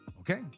okay